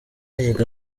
yiga